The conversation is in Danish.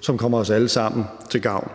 som kommer os alle sammen til gavn.